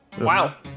wow